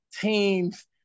teams